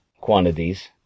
quantities